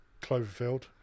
Cloverfield